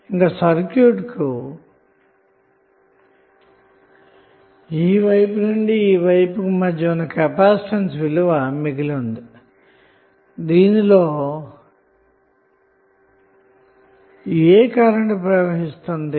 ఇంక సర్క్యూట్ కు ఈ వైపు నుండి ఈ వైపుకు మధ్య ఉన్న కెపాసిటెన్స్ విలువ మిగిలి ఉన్నది దీనిలో ఏ కరెంటు ప్రవాహిస్తుంది